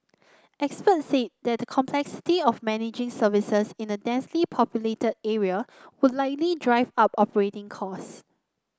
experts said the complexity of managing services in a densely populated area would likely drive up operating costs